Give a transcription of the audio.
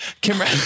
Kim